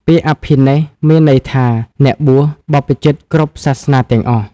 ពាក្យអភិនេស្ក្រម៍មានន័យថា អ្នកបួស បព្វជិតគ្រប់សាសនាទាំងអស់។